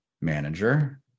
manager